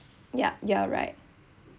yup you are right